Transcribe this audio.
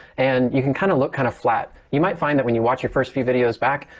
and you can kind of look kind of flat. you might find that when you watch your first few videos back,